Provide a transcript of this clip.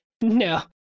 No